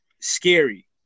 scary